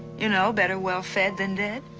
you know, better well fed than dead.